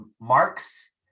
marks